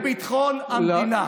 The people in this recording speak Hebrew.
לביטחון המדינה.